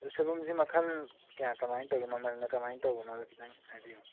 ꯑꯗꯣ ꯁꯣꯏꯕꯨꯝꯁꯦ ꯃꯈꯜ ꯀꯌꯥ ꯀꯃꯥꯏꯅ ꯇꯧꯒꯦ ꯃꯃꯜꯅ ꯀꯃꯥꯏꯅ ꯇꯧꯕꯅꯣꯗꯣ ꯈꯤꯇꯪ ꯍꯥꯏꯕꯤꯌꯨ